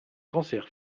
cancer